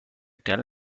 tell